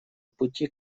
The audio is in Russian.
пути